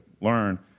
learn